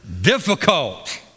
difficult